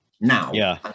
now